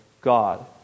God